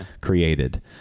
created